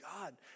God